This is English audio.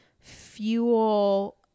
fuel